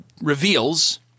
reveals